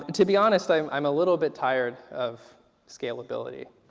and to be honesty am a little bit tired of scaleability.